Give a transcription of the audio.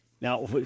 Now